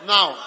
Now